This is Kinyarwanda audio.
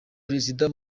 perezida